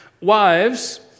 Wives